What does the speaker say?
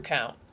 Count